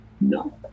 no